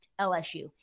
LSU